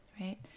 right